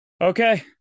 Okay